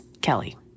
Kelly